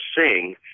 sing